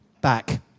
Back